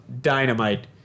Dynamite